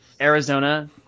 Arizona